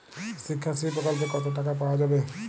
শিক্ষাশ্রী প্রকল্পে কতো টাকা পাওয়া যাবে?